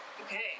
Okay